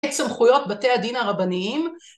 ‫את סמכויות בתי הדין הרבניים.